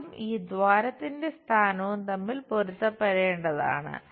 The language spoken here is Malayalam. അതും ഈ ദ്വാരത്തിന്റെ സ്ഥാനവും തമ്മിൽ പൊരുത്തപ്പെടേണ്ടതാണ്